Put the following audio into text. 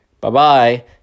Bye-bye